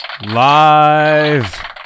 Live